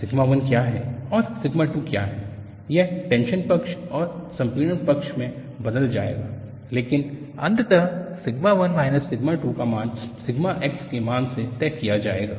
sigma 1 क्या है और सिग्मा 2 क्या है यह टेंशन पक्ष और संपीड़न पक्ष में बदल जाएगा लेकिन अंततः सिग्मा 1 माइनस सिग्मा 2 का मान सिग्मा X के मान से तय किया जाएगा